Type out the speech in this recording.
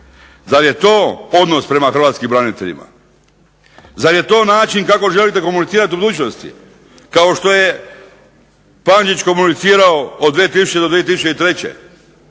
Zar je to odnos prema hrvatskim braniteljima? Zar je to način kako želite komunicirati u budućnosti kao što je Pandžić komunicirao od 2000. do 2003.